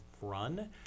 run